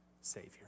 Savior